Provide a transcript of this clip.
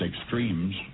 extremes